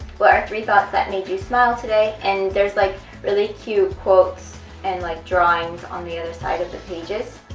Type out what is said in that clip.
what are three thoughts that made you smile today? and there's like really cute quotes and like drawings on the other side of the pages